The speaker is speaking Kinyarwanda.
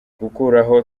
gukuraho